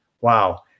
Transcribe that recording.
wow